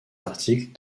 articles